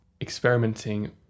experimenting